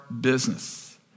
business